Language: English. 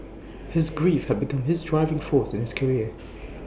his grief had become his driving force in his career